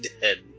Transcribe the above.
dead